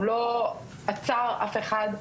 הוא לא עצר אף אחד.